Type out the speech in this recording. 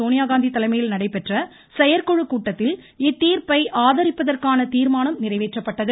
சோனியாகாந்தி தலைமையில் நடைபெற்ற செயற்குழு கூட்டத்தில் இத்தீர்ப்பை தீர்மானம் நிறைவேற்றப்பட்டது